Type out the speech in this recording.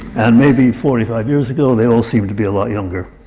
and maybe forty-five years ago, they all seemed to be a lot younger.